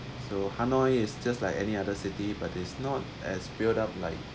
so hanoi is just like any other city but it's not as build up like